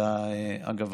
אגב,